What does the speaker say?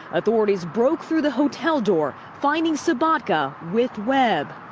authorities broke through the hotel door, finding sabatka with webb.